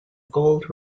gold